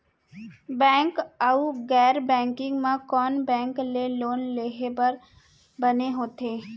Bank अऊ गैर banking म कोन बैंक ले लोन लेहे बर बने होथे?